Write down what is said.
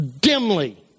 dimly